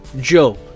Joe